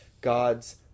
God's